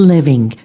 Living